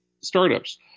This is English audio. startups